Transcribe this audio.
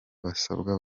basabwa